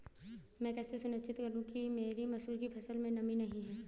मैं कैसे सुनिश्चित करूँ कि मेरी मसूर की फसल में नमी नहीं है?